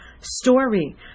story